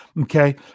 Okay